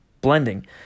blending